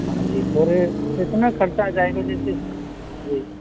हाँ जी फिर कितना खर्चा आ जाएगा जैसे इसमें जी